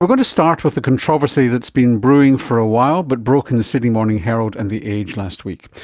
going to start with a controversy that's been brewing for a while but broke in the sydney morning herald and the age last week.